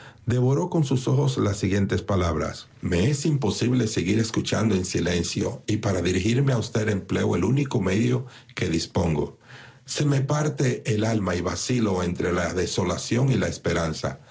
ocupara devoró con sus ojos las siguientes palabras me es imposible seguir escuchando en silencio y para dirigirme a usted empleo el único medio de que dispongo se me parte f y alma y vacilo entre la desolación y la esperanza